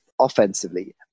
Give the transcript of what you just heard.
offensively